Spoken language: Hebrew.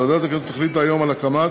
ועדת הכנסת החליטה היום על הקמת